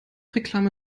reklame